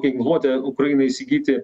ginkluotę ukrainai įsigyti